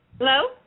Hello